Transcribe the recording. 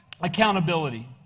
accountability